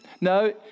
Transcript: No